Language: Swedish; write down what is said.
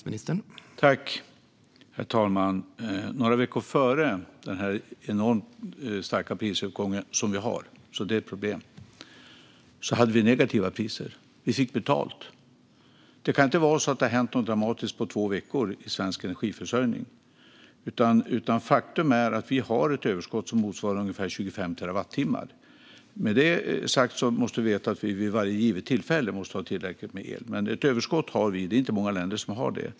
Herr talman! Bara några veckor före den enormt starka prisuppgången - vi har en prisuppgång, och det är ett problem - hade vi negativa elpriser: Vi fick betalt. Det kan inte ha hänt något så dramatiskt på två veckor i svensk energiförsörjning. Faktum är att vi har ett överskott som motsvarar ungefär 25 terawattimmar. Med detta sagt måste vi förstås vid varje givet tillfälle ha tillräckligt med el, men vi har alltså ett överskott. Det är inte många länder som har det.